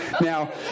Now